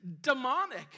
demonic